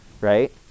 right